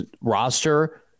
roster